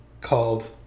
called